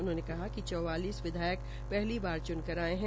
उनहोंने कहा कि चौवालिस विधायक पहली बार च्नकर आये है